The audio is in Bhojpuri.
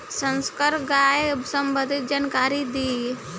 संकर गाय सबंधी जानकारी दी?